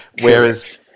Whereas